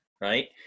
right